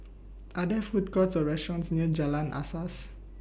Are There Food Courts Or restaurants near Jalan Asas